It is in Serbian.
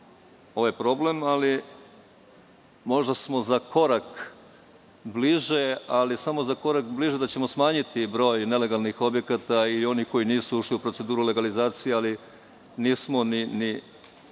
ovaj problem, ali možda smo za korak bliže, ali samo za korak bliže, da ćemo smanjiti broj nelegalnih objekata i onih koji nisu ušli u proceduru legalizacije, ali nismo ni